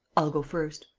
i'll go first.